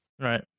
Right